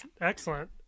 Excellent